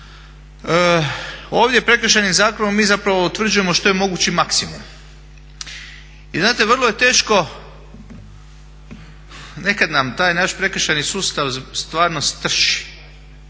Ovdje Prekršajnim zakonom mi zapravo utvrđujemo što je mogući maksimum. I znate, vrlo je teško nekad nam taj naš prekršajni sustav stvarno strši.